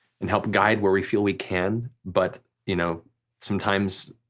and help guide where we feel we can, but you know sometimes,